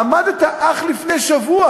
עמדת אך לפני שבוע